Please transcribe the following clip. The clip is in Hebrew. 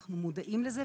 אנחנו מודעים לזה.